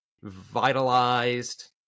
vitalized